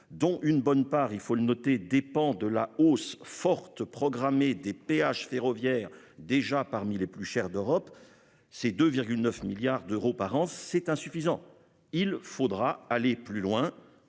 dont une bonne part, il faut le noter, dépend de la hausse forte programmée des péages ferroviaires déjà parmi les plus chers d'Europe. C'est de 9 milliards d'euros par an, c'est insuffisant. Il faudra aller plus loin.